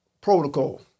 Protocol